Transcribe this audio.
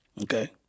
Okay